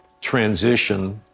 transition